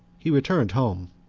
he returned home.